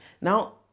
Now